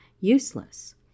useless